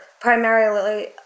primarily